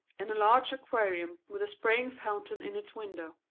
and a large aquarium with a spraying fountain in its window.